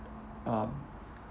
um